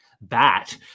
bat